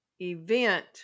event